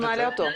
אנחנו נעלה אותו.